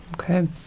Okay